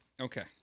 Okay